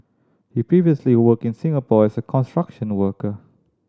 he previously worked in Singapore as a construction worker